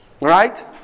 Right